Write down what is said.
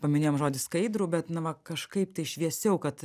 paminėjom žodį skaidrų bet na va kažkaip tai šviesiau kad